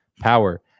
power